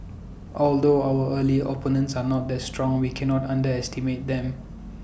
although our early opponents are not that strong we cannot underestimate them